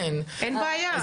אין בעיה.